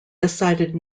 decided